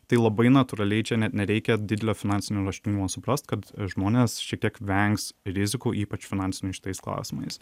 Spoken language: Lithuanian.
tai labai natūraliai čia net nereikia didelio finansinio raštingumo suprast kad žmonės šiek tiek vengs rizikų ypač finansinių šitais klausimais